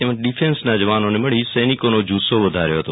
તેમજ ડિફેન્સના જવાનોને મળીસૈનિકોનો જુસ્સો વધાર્યો હતો